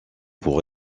pour